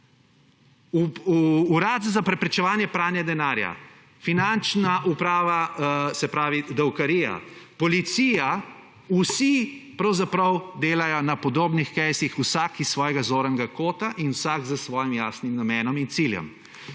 Urad za preprečevanje pranja denarja, finančna uprava, se pravi davkarija, policija, vsi pravzaprav delajo na podobnih »caseih« vsak iz svojega zornega kota in vsak s svojim jasnim namenom in ciljem.